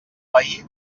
veí